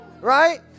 Right